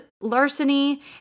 larceny